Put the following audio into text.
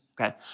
Okay